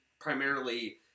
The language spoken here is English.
primarily